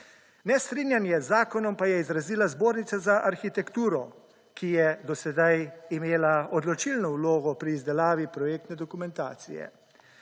Nestrinjanje z zakonom pa je izrazila Zbornica za arhitekturo, ki je do sedaj imela odločilno vlogo pri izdelavi projektne dokumentacije.